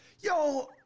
yo